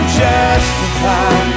justified